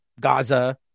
Gaza